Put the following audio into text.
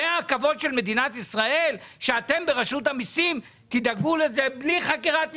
זה הכבוד של מדינת ישראל שאתם ברשות המיסים תדאגו לזה בלי חקיקת משטרה?